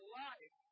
life